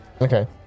Okay